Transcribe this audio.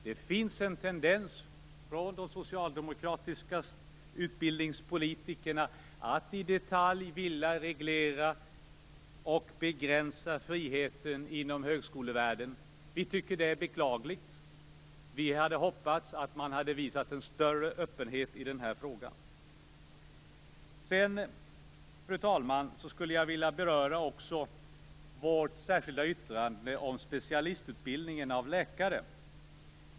Det finns en tendens från de socialdemokratiska utbildningspolitikerna att i detalj vilja reglera och begränsa friheten inom högskolevärlden. Vi tycker att det är beklagligt. Vi hade hoppats att man skulle ha visat större öppenhet i den här frågan. Fru talman! Jag vill också beröra vårt särskilda yttrande om specialistutbildningen av läkare.